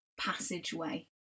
passageway